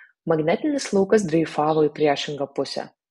magnetinis laukas dreifavo į priešingą pusę